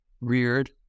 reared